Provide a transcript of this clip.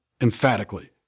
emphatically